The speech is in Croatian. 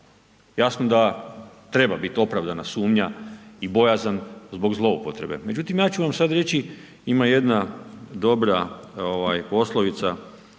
Jasno da treba biti opravdana sumnja i bojazan zbog zloupotrebe, međutim, ja ću vam sada reći, ima jedna dobra poslovica,